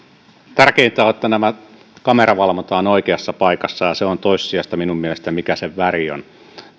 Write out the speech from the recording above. tärkeintä on että tämä kameravalvonta on oikeassa paikassa ja se on toissijaista minun mielestäni mikä se väri on